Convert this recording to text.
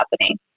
happening